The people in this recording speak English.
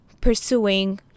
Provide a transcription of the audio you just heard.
pursuing